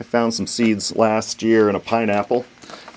i found some seeds last year in a pineapple